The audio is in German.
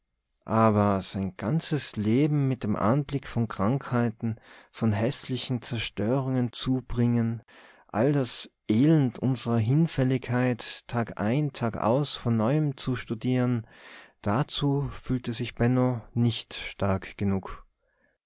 aber sein ganzes leben mit dem anblick von krankheiten von häßlichen zerstörungen zubringen all das elend unserer hinfälligkeit tagein tagaus von neuem zu studieren dazu fühlte sich benno nicht stark genug